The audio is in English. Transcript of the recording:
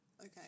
Okay